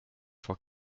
vor